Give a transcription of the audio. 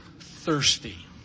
thirsty